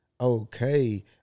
Okay